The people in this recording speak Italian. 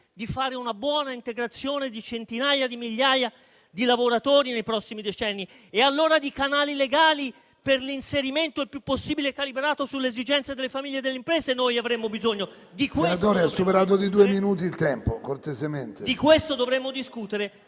di fare una buona integrazione di centinaia di migliaia di lavoratori nei prossimi decenni. E allora avremmo bisogno di canali legali per l'inserimento il più possibile calibrato sulle esigenze delle famiglie e delle imprese. Di questo dovremmo discutere;